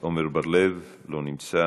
עמר בר-לב, לא נמצא.